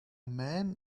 man